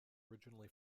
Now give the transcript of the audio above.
originally